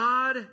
God